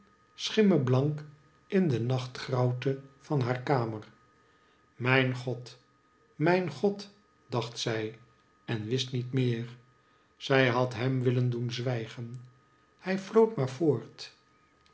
schimnieblank in de nachtgrauwte van haar kamer mijn god mijn god dacht zij en wist niet meer zij had hem willen doen zwijgen hij floot maar voort